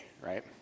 right